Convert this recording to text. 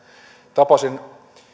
tapasin